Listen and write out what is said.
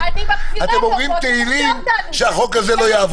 אתם אומרים תהילים שהחוק הזה לא יעבור.